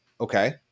Okay